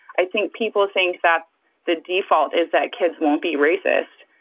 i think people think that the default is that kids won't be racist.